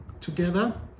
Together